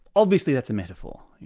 obviously that's a metaphor,